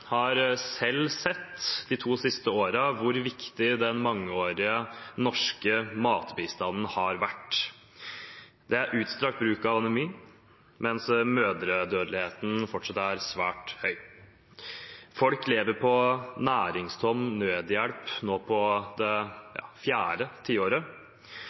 har de to siste årene selv sett hvor viktig den mangeårige norske matbistanden har vært. Anemi er utbredt, mens mødredødeligheten fortsatt er svært høy. Folk lever på næringstom nødhjelp på fjerde tiåret,